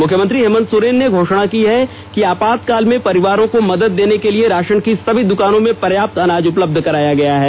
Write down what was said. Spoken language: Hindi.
मुख्यमंत्री हेमेंत सोरेन ने घोषणा की है कि आपातकाल में परिवारों को मदद देने के लिए राशन की सभी दुकानों में पर्याप्त अनाज उपलब्ध कराया गया है